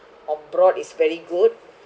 on board is very good